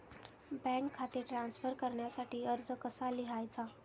Bank खाते transfer करण्यासाठी अर्ज कसा लिहायचा?